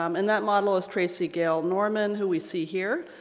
um and that model was tracy gale norman, who we see here.